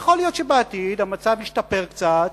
יכול להיות שבעתיד המצב ישתפר קצת,